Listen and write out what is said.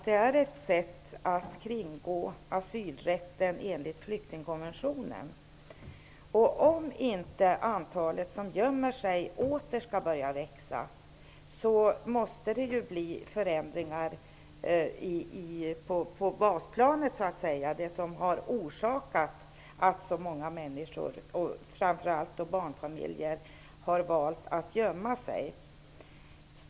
Det är ett sätt att kringgå asylrätten enligt flyktingkonventionen. Om inte antalet som gömmer sig åter skall börja växa, måste det ske förändringar av det som har orsakat att så många människor, och framför allt barnfamiljer, har valt att gömma sig.